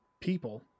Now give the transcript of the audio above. people